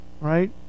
right